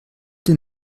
den